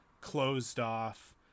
closed-off